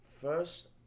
First